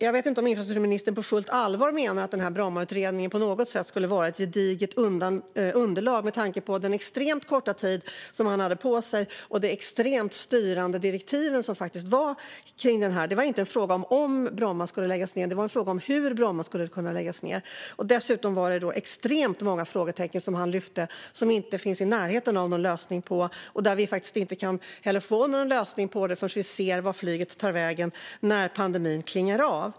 Jag vet inte om infrastrukturministern på fullt allvar menar att den här Brommautredningen på något sätt skulle vara ett gediget underlag, med tanke på den extremt korta tid som utredaren hade på sig och de extremt styrande direktiven för utredningen. Frågan var inte om Bromma skulle läggas ned utan hur Bromma skulle kunna läggas ned. Dessutom lyfte utredaren fram extremt många frågor som vi inte är i närheten av att ha någon lösning på. Vi kan heller inte få någon lösning på dem förrän vi ser vart flyget tar vägen när pandemin klingar av.